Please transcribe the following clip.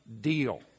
Deal